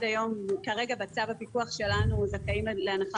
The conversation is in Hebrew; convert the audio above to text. כרגע בצו הפיקוח שלנו זכאים להנחה